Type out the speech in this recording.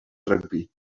rygbi